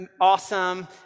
Awesome